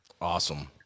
Awesome